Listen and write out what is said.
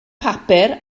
papur